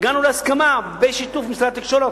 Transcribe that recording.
והגענו להסכמה בשיתוף משרד התקשורת,